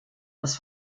das